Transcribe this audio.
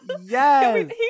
yes